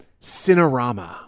Cinerama